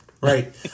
Right